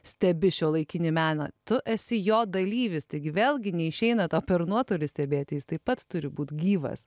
stebi šiuolaikinį meną tu esi jo dalyvis taigi vėlgi neišeina to per nuotolį stebėti jis taip pat turi būt gyvas